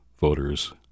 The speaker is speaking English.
Voters